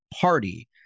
party